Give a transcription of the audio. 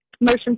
motion